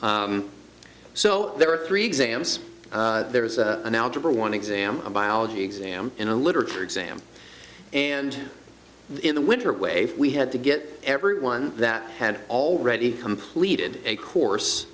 so there were three exams there was an algebra one exam a biology exam in a literature exam and in the winter way we had to get everyone that had already completed a course